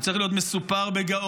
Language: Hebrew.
הוא צריך להיות מסופר בגאון,